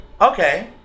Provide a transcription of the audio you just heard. Okay